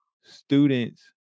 students